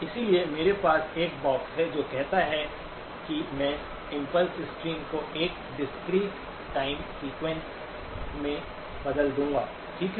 इसलिए मेरे पास एक बॉक्स है जो कहता है कि मैं इम्पल्स स्ट्रीम को एक डिस्क्रीट-टाइम सीक्वेंस में बदल दूंगा ठीक है